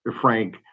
Frank